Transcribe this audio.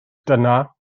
dyna